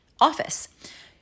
office